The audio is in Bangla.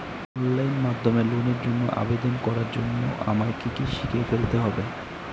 অনলাইন মাধ্যমে লোনের জন্য আবেদন করার জন্য আমায় কি কি শিখে ফেলতে হবে?